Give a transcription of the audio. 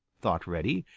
thought reddy,